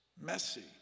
messy